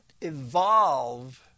evolve